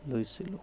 লৈছিলোঁ